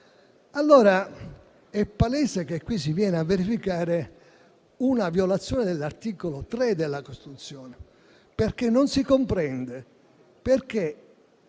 allora che qui si viene a verificare una violazione dell'articolo 3 della Costituzione; non si comprende